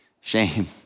shame